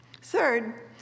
Third